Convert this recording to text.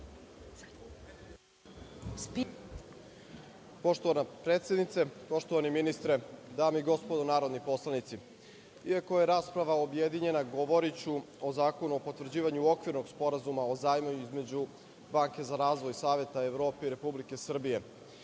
Poštovana predsednice, poštovani ministre, dame i gospodo narodni poslanici, iako je rasprava objedinjena, govoriću o Zakonu o potvrđivanju okvirnog sporazuma o zajmu između Banke za razvoj Saveta Evrope i Republike Srbije. Na